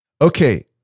Okay